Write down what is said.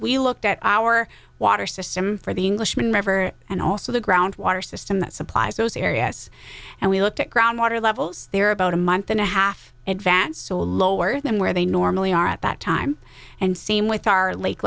we looked at our water system for the englishman ever and also the ground water system that supplies those areas and we looked at groundwater levels there about a month and a half advance so lower than where they normally are at that time and same with our lake